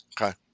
Okay